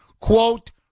quote